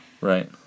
Right